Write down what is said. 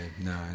no